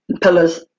pillars